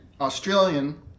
Australian